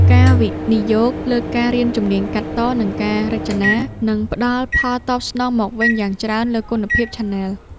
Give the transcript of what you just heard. ការវិនិយោគលើការរៀនជំនាញកាត់ត និងការរចនា នឹងផ្តល់ផលតបស្នងមកវិញយ៉ាងច្រើនលើគុណភាពឆានែល។